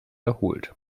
erholt